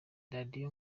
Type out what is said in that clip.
radio